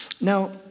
Now